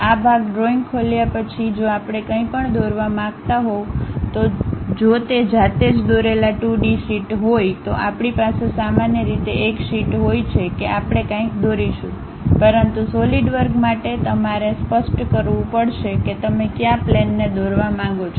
આ ભાગ ડ્રોઇંગ ખોલ્યા પછી જો આપણે કંઈપણ દોરવા માંગતા હોવ તો જો તે જાતે જ દોરેલા 2D શીટ હોય તો આપણી પાસે સામાન્ય રીતે એક શીટ હોય છે કે આપણે કાંઈ દોરીશું પરંતુ સોલિડવર્ક માટે તમારે સ્પષ્ટ કરવું પડશે કે તમે કયા પ્લેનને દોરવા માંગો છો